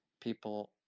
people